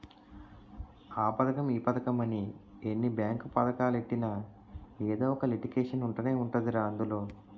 ఆ పదకం ఈ పదకమని ఎన్ని బేంకు పదకాలెట్టినా ఎదో ఒక లిటికేషన్ ఉంటనే ఉంటదిరా అందులో